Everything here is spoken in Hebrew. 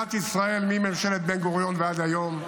מדינת ישראל, מממשלת בן-גוריון ועד היום,